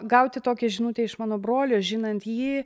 gauti tokią žinutę iš mano brolio žinant jį